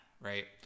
right